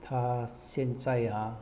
他现在 ah